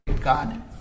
God